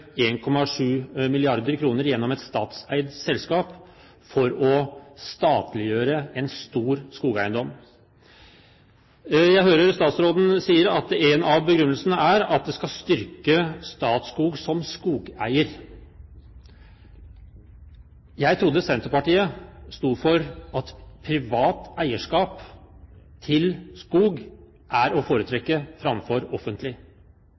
gjennom et statseid selskap for å statliggjøre en stor skogeiendom? Jeg hører statsråden si at en av begrunnelsene er at det skal styrke Statskog som skogeier. Jeg trodde Senterpartiet sto for dette at privat eierskap til skog er å foretrekke framfor offentlig.